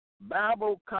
Bible